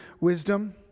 wisdom